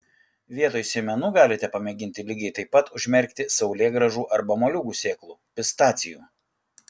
vietoj sėmenų galite pamėginti lygiai taip pat užmerkti saulėgrąžų arba moliūgų sėklų pistacijų